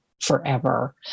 forever